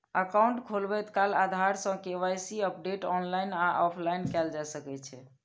account खोलबैत काल आधार सं के.वाई.सी अपडेट ऑनलाइन आ ऑफलाइन कैल जा सकै छै